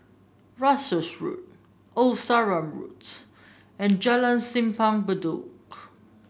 Russels Road Old Sarum Roads and Jalan Simpang Bedok